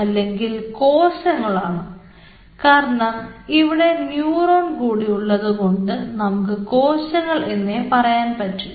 അല്ലെങ്കിൽ കോശങ്ങളാണ് കാരണം ഇവിടെ ന്യൂറോൺ കൂടി ഉള്ളതുകൊണ്ട് നമുക്ക് കോശങ്ങൾ എന്നേ പറയാൻ പറ്റൂ